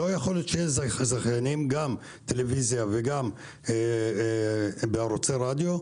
לא יכול להיות שיהיו זכיינים של טלוויזיה ובערוצי רדיו,